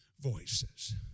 voices